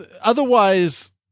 otherwise